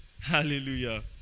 Hallelujah